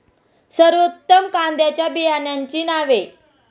सर्वोत्तम कांद्यांच्या बियाण्यांची नावे?